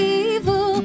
evil